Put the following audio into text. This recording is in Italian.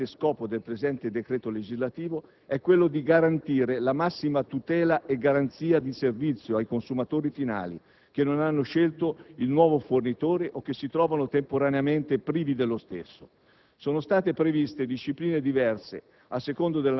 in merito a queste due disposizioni. Il secondo importante scopo del presente decreto-legge è quello di garantire la massima tutela e garanzia di servizio ai consumatori finali che non hanno scelto il nuovo fornitore o che si trovano temporaneamente privi dello stesso.